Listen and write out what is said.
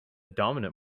dominant